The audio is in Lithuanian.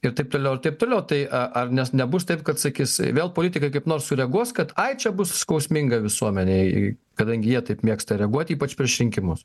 ir taip toliau ir taip toliau tai ar nes nebus taip kad sakys vėl politika kaip nors sureaguos kad ai čia bus skausminga visuomenei kadangi jie taip mėgsta reaguoti ypač prieš rinkimus